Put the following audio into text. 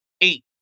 eight